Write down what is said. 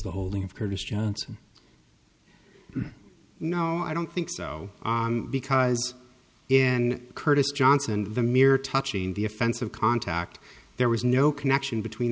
the holding of curtis johnson no i don't think so because in curtis johnson the mere touching the offense of contact there was no connection between